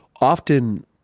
often